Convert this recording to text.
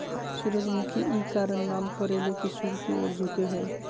सूरजमुखी इ कारण नाम परले की सूर्य की ओर झुको हइ